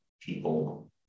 people